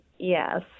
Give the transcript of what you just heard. Yes